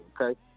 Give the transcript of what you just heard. okay